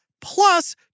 plus